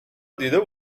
دیده